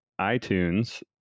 iTunes